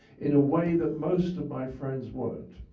in a way that most of my friends weren't